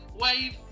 wave